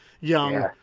young